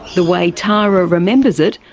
the way tara remembers it,